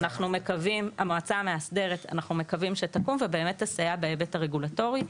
אנחנו מקווים שהיא תקום ותסייע בהיבט הרגולטורי.